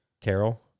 Carol